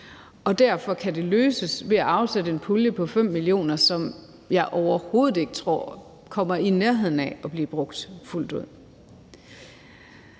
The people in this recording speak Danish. og derfor kan det løses ved at afsætte en pulje på 5 mio. kr., som jeg overhovedet ikke tror kommer i nærheden af at blive brugt fuldt ud.